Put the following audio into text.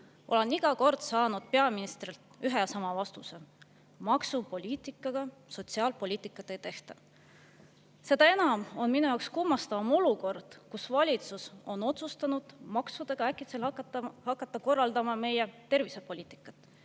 olen iga kord saanud peaministrilt ühe ja sama vastuse: maksupoliitikaga sotsiaalpoliitikat ei tehta. Seda enam on minu jaoks kummastav olukord, kus valitsus on otsustanud maksudega äkitselt hakata korraldama meie tervisepoliitikat.